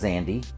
Andy